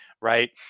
right